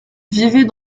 vivait